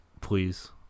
please